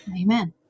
Amen